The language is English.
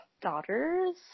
daughters